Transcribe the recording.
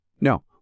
No